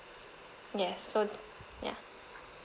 yes so ya